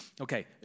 Okay